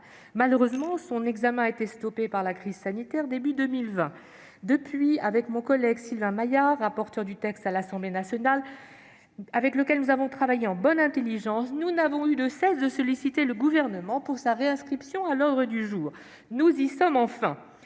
Malheureusement, son examen a été stoppé par la crise sanitaire au début de l'année 2020. Depuis lors, avec mon collègue Sylvain Maillard, rapporteur du texte à l'Assemblée nationale, avec qui nous avons travaillé en bonne intelligence, nous n'avons eu de cesse de solliciter du Gouvernement sa réinscription à l'ordre du jour. Nous y sommes enfin !